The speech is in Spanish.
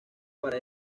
para